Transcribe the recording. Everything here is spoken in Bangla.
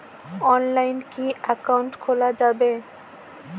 অনলাইনে কি অ্যাকাউন্ট খোলা যাবে?